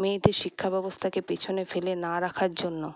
মেয়েদের শিক্ষাব্যবস্থাকে পেছনে ফেলে না রাখার জন্য